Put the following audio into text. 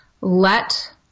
let